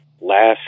last